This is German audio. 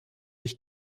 ich